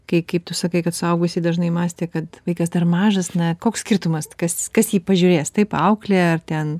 kai kaip tu sakai kad suaugusieji dažnai mąstė kad vaikas dar mažas na koks skirtumas kas kas jį pažiūrės taip auklė ar ten